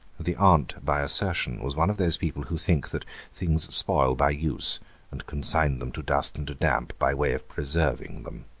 the aunt-by-assertion was one of those people who think that things spoil by use and consign them to dust and damp by way of preserving them.